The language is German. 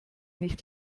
nicht